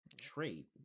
Trade